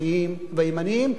הדתיים והימניים,